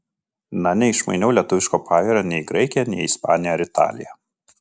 na neišmainiau lietuviško pajūrio nei į graikiją nei į ispaniją ar italiją